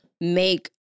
make